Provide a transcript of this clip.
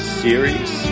series